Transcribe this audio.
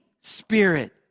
Spirit